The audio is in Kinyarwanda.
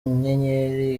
nyenyeri